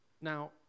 now